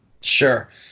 Sure